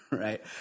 right